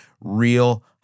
real